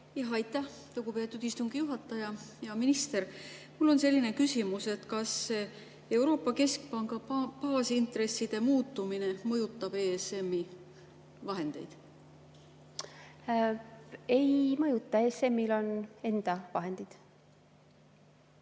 Aitäh, lugupeetud istungi juhataja! Hea minister! Mul on selline küsimus: kas Euroopa Keskpanga baasintresside muutumine mõjutab ESM-i vahendeid? Ei mõjuta. ESM-il on enda vahendid.